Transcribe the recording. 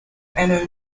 anno